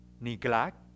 neglect